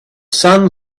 sun